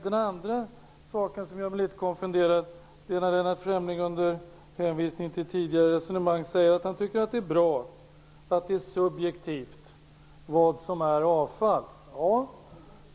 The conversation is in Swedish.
Det andra som gjorde mig litet konfunderad är när Lennart Fremling, med hänvisning till tidigare resonemang, säger att han tycker att det är bra att man subjektivt kan bedöma vad som är avfall.